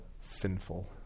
sinful